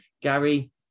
Gary